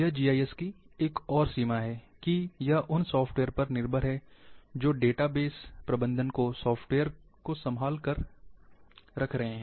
यह जीआईएस की एक और सीमा है कि यह उन सॉफ्टवेयर पर निर्भर है जो डेटाबेस प्रबंधन को सॉफ्टवेयर को संभाल रहे हैं